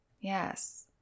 Yes